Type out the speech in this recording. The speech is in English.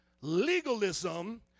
legalism